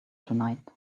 tonight